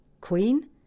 queen